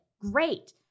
Great